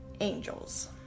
angels